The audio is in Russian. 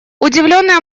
удивленные